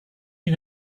you